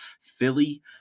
Philly